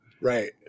right